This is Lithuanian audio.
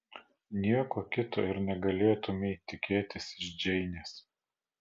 nieko kito ir negalėtumei tikėtis iš džeinės